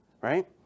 right